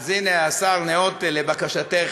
אז הנה, השר ניאות לבקשתך,